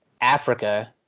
Africa